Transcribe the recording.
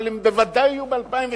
אבל הן בוודאי יהיו ב-2013.